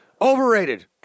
overrated